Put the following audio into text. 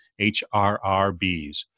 HRRBs